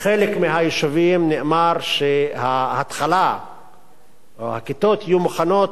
בחלק מהיישובים נאמר שהכיתות יהיו מוכנות